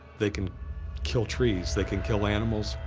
they can kill trees, they can kill animals,